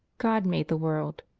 god made the world.